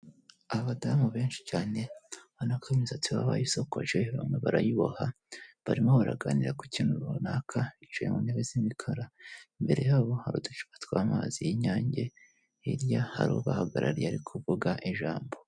Abadamu benshi cyane ubonako imisatsi baba bayisokoje, bamwe barayiboha barimo baraganira ku kintu runaka, bicaye mu ntebe z'imikara, imbere yabo hari uducupa tw'amazi y'Inyange, hirya hari ubahagarariye arikuvuga ijambo.